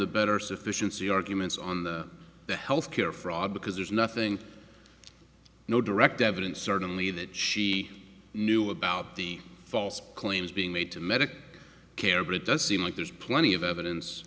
the better sufficiency arguments on the health care fraud because there's nothing no direct evidence certainly that she knew about the false claims being made to medical care but it does seem like there's plenty of evidence